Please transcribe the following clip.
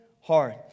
heart